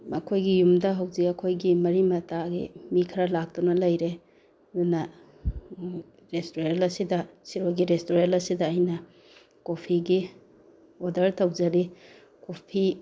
ꯑꯩꯈꯣꯏꯒꯤ ꯌꯨꯝꯗ ꯍꯧꯖꯤꯛ ꯑꯩꯈꯣꯏꯒꯤ ꯃꯔꯤ ꯃꯇꯥꯒꯤ ꯃꯤ ꯈꯔ ꯂꯥꯛꯇꯨꯅ ꯂꯩꯔꯦ ꯑꯗꯨꯅ ꯔꯦꯁꯇꯨꯔꯦꯟ ꯑꯁꯤꯗ ꯁꯤꯔꯣꯏꯒꯤ ꯔꯦꯁꯇꯨꯔꯦꯟ ꯑꯁꯤꯗ ꯑꯩꯅ ꯀꯣꯐꯤꯒꯤ ꯑꯣꯗꯔ ꯇꯧꯖꯔꯤ ꯀꯣꯐꯤ